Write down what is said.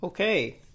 Okay